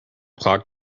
clock